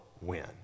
win